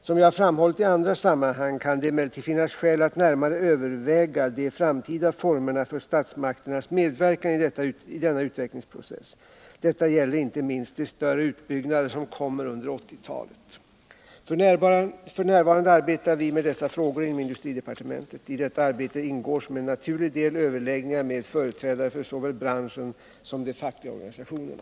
Som jag har framhållit i andra sammanhang kan det emellertid finnas skäl att närmare överväga de framtida formerna för statsmakternas medverkan i denna utvecklingsprocess. Detta gäller inte minst de större utbyggnader som kommer under 1980-talet. F.n. arbetar vi med dessa frågor inom industridepartementet. I detta arbete ingår som en naturlig del överläggningar med företrädare för såväl branschen som de fackliga organisationerna.